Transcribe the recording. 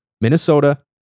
Minnesota